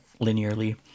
linearly